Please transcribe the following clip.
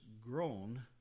grown